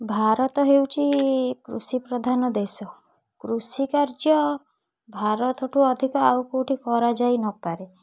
ଭାରତ ହେଉଛି କୃଷି ପ୍ରଧାନ ଦେଶ କୃଷି କାର୍ଯ୍ୟ ଭାରତଠୁ ଅଧିକ ଆଉ କୋଉଠି କରାଯାଇ ନପାରେ